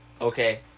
okay